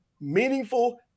meaningful